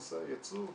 נושא הייצוא,